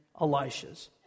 Elisha's